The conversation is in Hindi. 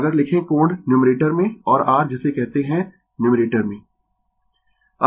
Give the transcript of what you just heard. अगर लिखें कोण न्यूमरेटर में और r जिसे कहते है न्यूमरेटर में